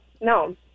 No